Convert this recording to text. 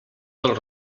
del